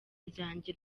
ryanjye